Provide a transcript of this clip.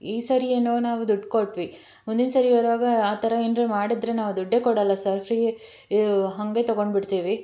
ಈ ಸರಿ ಏನೋ ನಾವು ದುಡ್ಡು ಕೊಟ್ವಿ ಮುಂದಿನ ಸರಿ ಬರುವಾಗ ಆ ಥರ ಏನಾದರೂ ಮಾಡಿದರೆ ನಾವು ದುಡ್ಡೇ ಕೊಡಲ್ಲ ಸರ್ ಫ್ರೀ ಹಾಗೇ ತೊಗೊಂಡು ಬಿಡ್ತೀವಿ